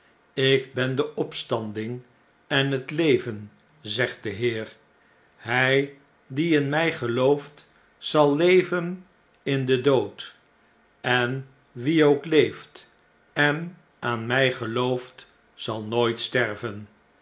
ik ben de opstanding en het leven zegtde heer hjj die in mij gelooft zal leven in den dood en wie ook leeft en aan mn gelooft zal nooit sterven